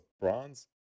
bronze